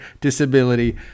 disability